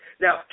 Now